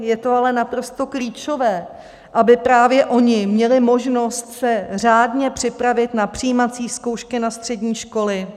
Pro deváťáky je to ale naprosto klíčové, aby právě oni měli možnost se řádně připravit na přijímací zkoušky na střední školy.